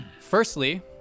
firstly